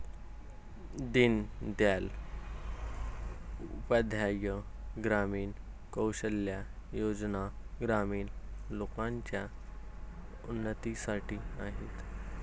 दीन दयाल उपाध्याय ग्रामीण कौशल्या योजना ग्रामीण लोकांच्या उन्नतीसाठी आहेत